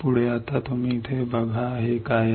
पुढे आता तुम्ही इथे बघा हे काय आहे